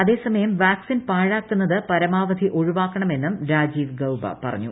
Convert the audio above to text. അതേസമയം വാക്സിൻ പാഴാക്കുന്നത് പരമാവധി ഒഴിവാക്കണ്ണമെന്നും് അദ്ദേഹം പറഞ്ഞു